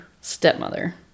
stepmother